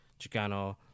Chicano